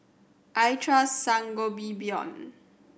I trust Sangobion